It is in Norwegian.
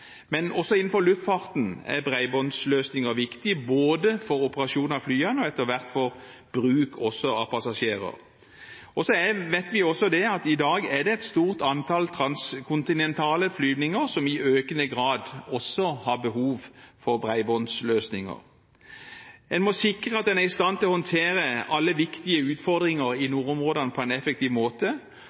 Men også innenfor luftfarten er bredbåndsløsninger viktig, både for operasjon av flyene og etter hvert for bruk av passasjerer også. Vi vet også at det i dag er et stort antall transkontinentale flyvninger som i økende grad har behov for bredbåndsløsninger. En må sikre at en er i stand til å håndtere alle viktige utfordringer i nordområdene på en effektiv måte,